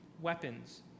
weapons